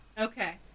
okay